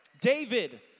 David